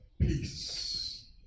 Peace